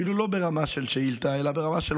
ואפילו לא ברמה של שאילתה אלא ברמה של